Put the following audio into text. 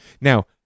Now